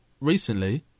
recently